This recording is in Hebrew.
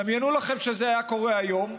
דמיינו לכם שזה היה קורה היום.